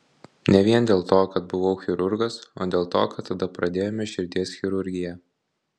ne vien dėl to kad buvau chirurgas o dėl to kad tada pradėjome širdies chirurgiją